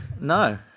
No